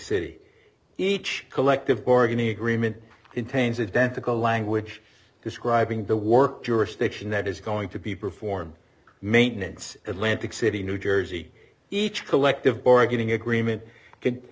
city each collective bargaining agreement in tains identical language describing the work jurisdiction that is going to be performed maintenance atlantic city new jersey each collective bargaining agreement